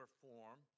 form